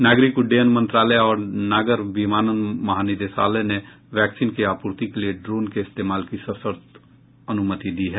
नागरिक उड्डयन मंत्रालय और नागर विमानन महानिदेशालय ने वैक्सीन की आपूर्ति के लिए ड्रोन के इस्तेमाल की सशर्त अनुमति दी है